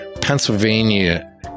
Pennsylvania